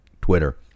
Twitter